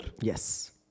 Yes